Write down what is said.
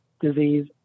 disease